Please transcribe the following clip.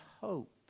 hope